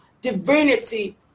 divinity